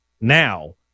now